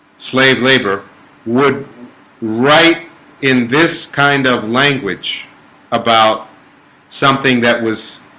slave labor would write in this kind of language about something that was